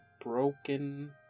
broken